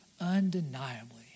undeniably